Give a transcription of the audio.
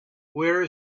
where